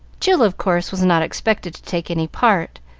jill, of course, was not expected to take any part,